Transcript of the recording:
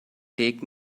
take